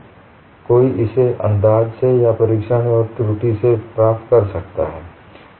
कोई इसे अंदाज से या परीक्षण और त्रुटि से प्राप्त कर सकता है